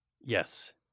yes